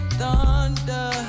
thunder